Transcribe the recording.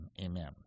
Amen